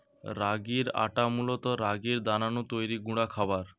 রাগির আটা মূলত রাগির দানা নু তৈরি গুঁড়া খাবার